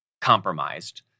compromised